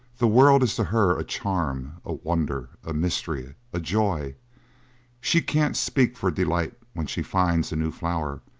the world is to her a charm, a wonder, a mystery, a joy she can't speak for delight when she finds a new flower,